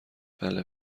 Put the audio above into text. بله